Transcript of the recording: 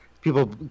people